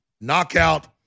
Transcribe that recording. knockout